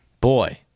Boy